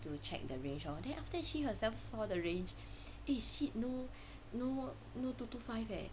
to check the range hor then after that she herself saw the range eh shit no no no two two five eh